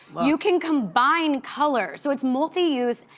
you can combine color. so it's multi-use.